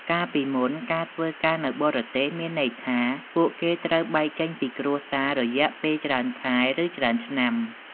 កាលពីមុន ការធ្វើការនៅបរទេសមានន័យថា ពួកគេត្រូវបែកចេញពីគ្រួសាររយៈពេលច្រើនខែ ឬ ច្រើនឆ្នាំ។